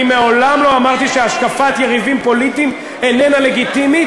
אני מעולם לא אמרתי שהשקפת יריבים פוליטיים איננה לגיטימית,